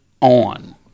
on